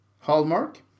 hallmark